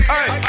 ay